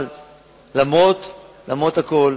אבל למרות הכול,